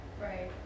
right